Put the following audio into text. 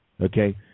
Okay